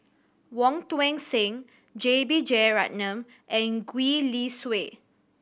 Wong Tuang Seng J B Jeyaretnam and Gwee Li Sui